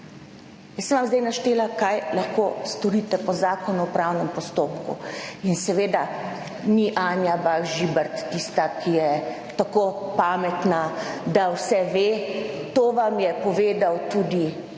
Zdaj sem vam naštela, kaj lahko storite po Zakonu o upravnem postopku. In seveda ni Anja Bah Žibert tista, ki je tako pametna, da vse ve, to vam je povedal tudi